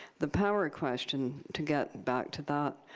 the power question, to get back to that,